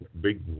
Big